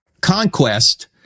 conquest